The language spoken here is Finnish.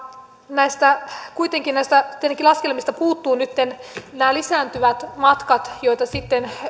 näistä laskelmista kuitenkin puuttuvat nytten nämä lisääntyvät matkat joita sitten